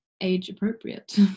Age-appropriate